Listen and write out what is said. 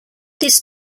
this